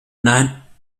nein